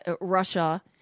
Russia